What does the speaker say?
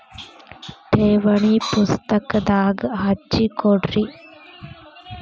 ಠೇವಣಿ ಪುಸ್ತಕದಾಗ ಹಚ್ಚಿ ಕೊಡ್ರಿ